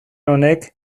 honek